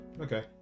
okay